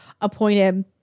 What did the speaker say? appointed